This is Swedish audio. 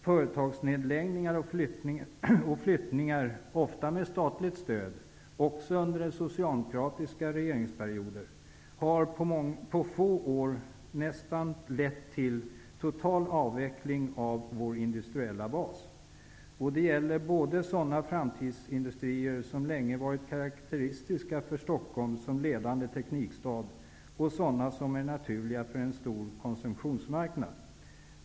Företagsnedläggningar och flyttningar -- ofta med statligt stöd -- också under den socialdemokratiska regeringsperioden har på få år nästan lett till total avveckling av vår industriella bas. Och det gäller både sådana framtidsindustrier som länge varit karakteristiska för Stockholm som ledande teknikstad och sådana som är naturliga på en stor konsumtionsmarknad.